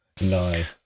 Nice